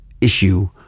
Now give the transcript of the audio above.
issue